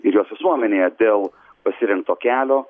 ir jos visuomenėje dėl pasirinkto kelio